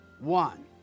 One